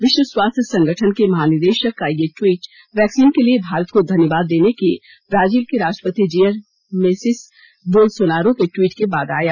विश्व स्वास्थ्य संगठन के महानिदेशक का यह ट्वीट वैक्सीन के लिए भारत को धन्यवाद देने के ब्राजील के राष्ट्रपति जेयर मेसियस बोलसोनारो के ट्वीट के बाद आया